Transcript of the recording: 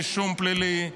רישום פלילי,